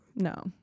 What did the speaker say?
No